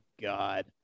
God